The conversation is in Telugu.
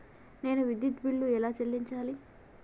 నేను విద్యుత్ బిల్లు ఎలా చెల్లించాలి?